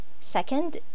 Second